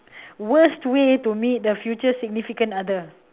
worst way to meet the future significant other